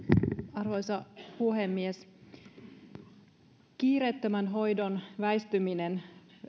arvoisa puhemies kiireettömän hoidon väistyminen